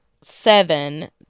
seven